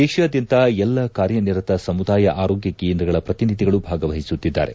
ದೇತಾದ್ದಂತ ಎಲ್ಲ ಕಾರ್ಯನಿರತ ಸಮುದಾಯ ಆರೋಗ್ಯ ಕೇಂದ್ರಗಳ ಪ್ರತಿನಿಧಿಗಳು ಭಾಗವಹಿಸುತ್ತಿದ್ದಾರೆ